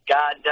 God